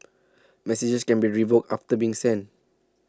messages can be revoked after being sent